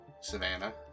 Savannah